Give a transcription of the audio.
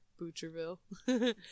Butcherville